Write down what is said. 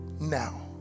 now